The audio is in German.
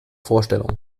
vorstellung